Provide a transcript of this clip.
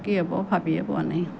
কি হ'ব ভাবিয়ে পোৱা নাই